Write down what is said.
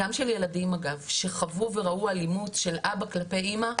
גם של ילדים אגב שחוו וראו אלימות של אבא כלפי אמא,